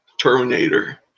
terminator